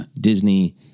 Disney